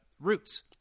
Roots